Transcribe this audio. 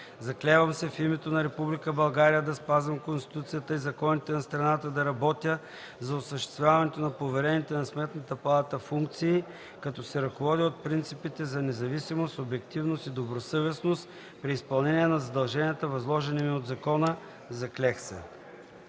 „Заклевам се в името на Република България да спазвам Конституцията и законите на страната, да работя за осъществяването на поверените на Сметната палата функции, като се ръководя от принципите за независимост, обективност и добросъвестност при изпълнението на задълженията, възложени ми от закона. Заклех се.”